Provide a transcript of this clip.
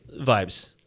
vibes